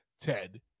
Ted